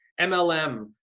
MLM